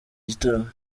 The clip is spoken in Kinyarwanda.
gitaramo